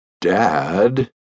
Dad